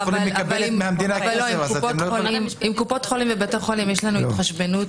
עם קופות החולים ובתי החולים יש לנו התחשבנות,